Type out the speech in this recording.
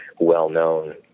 well-known